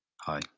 hi